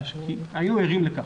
היו ערים לכך.